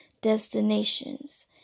destinations